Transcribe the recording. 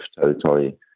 territory